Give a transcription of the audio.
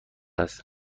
است